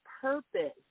purpose